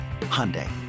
Hyundai